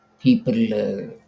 people